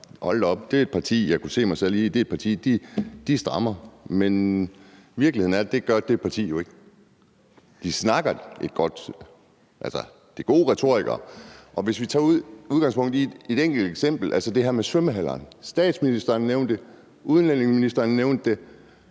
Hold da op! Det er et parti, jeg kunne se mig selv i. Det er et parti af strammere. Men virkeligheden er, at det er det parti jo ikke. De snakker godt. Det er gode retorikere, og lad os tage udgangspunkt i et enkelt eksempel, altså det her med svømmehallerne. Statsministeren nævnte det. Udlændingeministeren nævnte det,